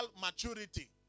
maturity